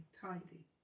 tidy